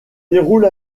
déroule